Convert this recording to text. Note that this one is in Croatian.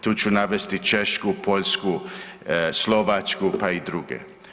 Tu ću navesti Češku, Poljsku, Slovačku, pa i druge.